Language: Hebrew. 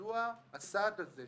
מדוע הסעד הזה,